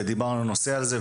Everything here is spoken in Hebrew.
ודיברנו על הנושא הזה,